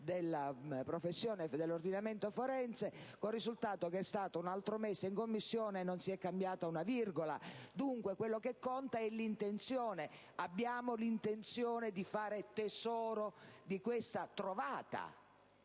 la riforma dell'ordinamento forense, con il risultato che esso è rimasto un altro mese in Commissione e non è stata cambiata una virgola. Dunque, quello che conta è l'intenzione: abbiamo l'intenzione di fare tesoro di questo trovato